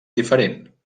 diferent